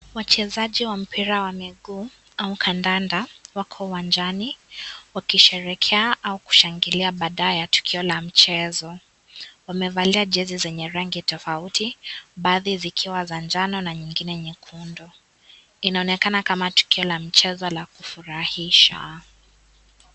Wachezaji wa mpira wa miguu wa kandanda wako uwanjani wakisherekea au kushangilia baada ya tukio la mchezo, wamevalia jersey zenye rangi tofauti baadhi zikiwa za njano na nyingine nyekundu. Inaonekana kama tukio la mchezo la kufurahisha.